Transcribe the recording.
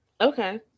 Okay